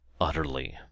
utterly